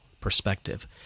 perspective